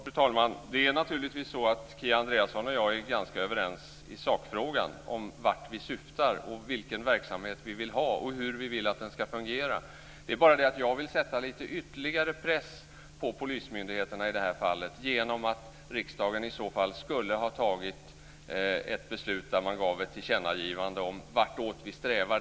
Fru talman! Det är naturligtvis så att Kia Andreasson och jag är ganska överens i sakfrågan; om vart vi syftar, vilken verksamhet vi vill ha och hur vi vill att den skall fungera. Det är bara det att jag vill sätta lite ytterligare press på polismyndigheterna i det här fallet genom att riksdagen i så fall skulle ha fattat ett beslut där man gjorde ett tillkännagivande om vartåt vi strävar.